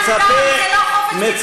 זה לא חופש ביטוי.